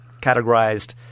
categorized